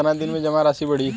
कितना दिन में जमा राशि बढ़ी?